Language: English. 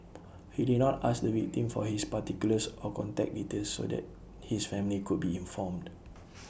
he did not ask the victim for his particulars or contact details so that his family could be informed